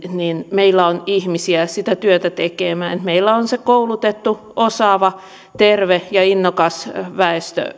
meillä on ihmisiä sitä työtä tekemään että meillä on se koulutettu osaava terve ja innokas väestö